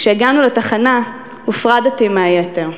כשהגענו לתחנה הופרדתי מהיתר,